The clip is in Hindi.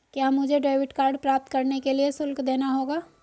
क्या मुझे डेबिट कार्ड प्राप्त करने के लिए शुल्क देना होगा?